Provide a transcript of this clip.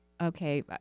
Okay